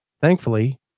thankfully